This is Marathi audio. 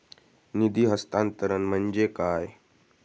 निधी हस्तांतरण म्हणजे काय?